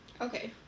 Okay